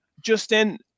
Justin